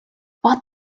what